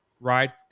right